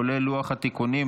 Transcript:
כולל לוח התיקונים,